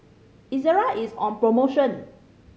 Ezerra is on promotion